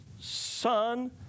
son